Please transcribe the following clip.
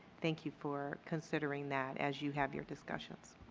thank you for considering that as you have your discussion.